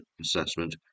Assessment